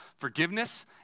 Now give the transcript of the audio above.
Forgiveness